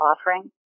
offering